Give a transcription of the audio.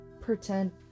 pretend